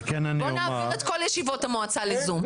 בוא נעביר את כל ישיבות המועצה ל-זום.